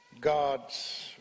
God's